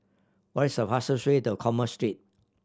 what is the fastest way to Commerce Street